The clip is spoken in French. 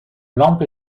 lampe